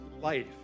life